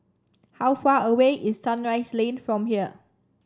how far away is Sunrise Lane from here